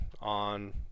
on